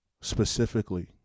specifically